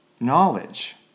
knowledge